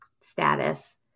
status